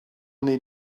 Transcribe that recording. need